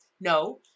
No